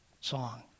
song